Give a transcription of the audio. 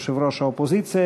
יושב-ראש האופוזיציה,